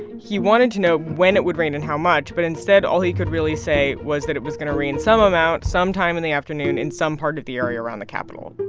he wanted to know when it would rain and how much. but instead, all he could really say was that it was going to rain some amount sometime in the afternoon in some part of the area around the capital,